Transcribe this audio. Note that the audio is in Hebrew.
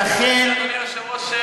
אדוני היושב-ראש,